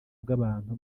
bw’abantu